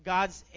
God's